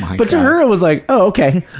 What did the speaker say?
but to her, it was like, oh, okay.